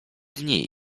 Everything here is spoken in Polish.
dni